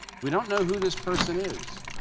we don't know who this person is,